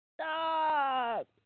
stop